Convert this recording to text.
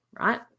right